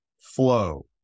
flow